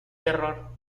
terror